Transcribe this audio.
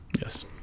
Yes